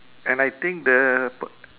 and I think the p~